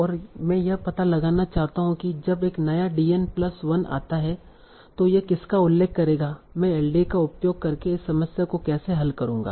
और मैं यह पता लगाना चाहता हूं कि जब एक नया dn प्लस 1 आता है तो यह किसका उल्लेख करेगा मैं एलडीए का उपयोग करके इस समस्या को कैसे हल करूंगा